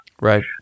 right